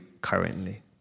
currently